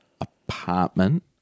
apartment